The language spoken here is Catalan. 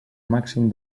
màxim